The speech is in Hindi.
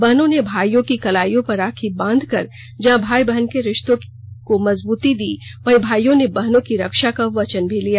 बहनों ने भाइयों की कलाइयों पर राखी बांधकर जहां भाई बहन के रिश्तों को मजबूती दी वहीं भाइयों ने बहनों की रक्षा का वचन भी लिया